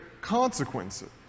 consequences